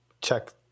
Check